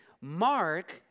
Mark